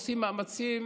עושים מאמצים